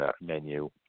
menu